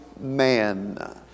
man